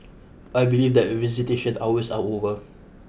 I believe that visitation hours are over